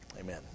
amen